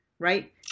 Right